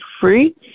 free